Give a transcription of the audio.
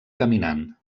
caminant